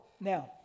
now